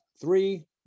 three